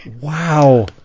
Wow